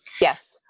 Yes